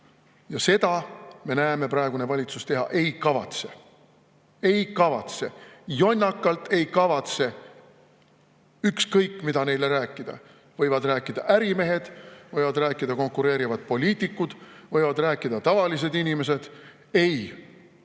Ja seda, me näeme, praegune valitsus teha ei kavatse. Ei kavatse, jonnakalt ei kavatse, ükskõik, mida neile võivad rääkida ärimehed, võivad rääkida konkureerivad poliitikud, võivad rääkida tavalised inimesed. "Ei,